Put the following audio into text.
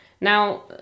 Now